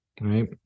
Right